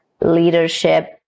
leadership